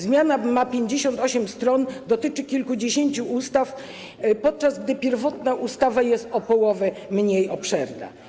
Zmiana ma 58 stron, dotyczy kilkudziesięciu ustaw, podczas gdy pierwotna ustawa jest o połowę mniej obszerna.